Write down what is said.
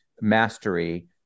mastery